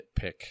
nitpick